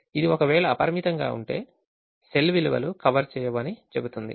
ఇది ఒకవేళ అపరిమితంగా ఉంటే సెల్ విలువలు కవర్ చేయవు అని అది చెబుతుంది